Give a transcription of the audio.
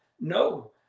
No